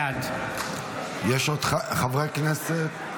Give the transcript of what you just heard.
בעד יש עוד חברי כנסת?